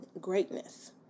greatness